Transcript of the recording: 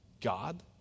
God